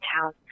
town